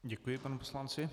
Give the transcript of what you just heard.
Děkuji panu poslanci.